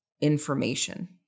information